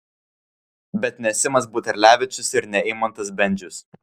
bet ne simas buterlevičius ir ne eimantas bendžius